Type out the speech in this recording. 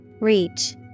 Reach